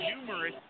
numerous